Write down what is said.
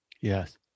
Yes